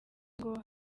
ngo